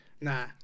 Nah